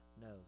knows